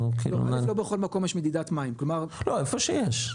א' לא בכל מקום יש מדידת מים כלומר -- לא איפה שיש,